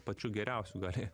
pačiu geriausiu gali